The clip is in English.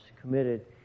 committed